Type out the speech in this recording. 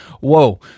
Whoa